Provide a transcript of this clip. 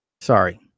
Sorry